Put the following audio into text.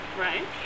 Right